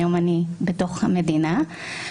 והיום אני מתוך המדינה.